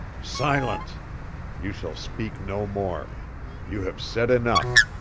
silence you shall speak no more you have said enough